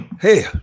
Hey